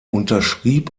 unterschrieb